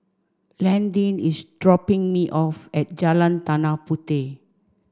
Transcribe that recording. Landyn is dropping me off at Jalan Tanah Puteh